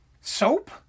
Soap